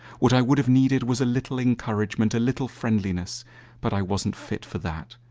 what i would have needed was a little encouragement, a little friendliness but i wasn't fit for that.